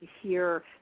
hear